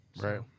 Right